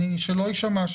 שלא יישמע,